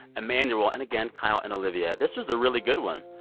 emmanuel and again, kyle and olivia. this was a really good one.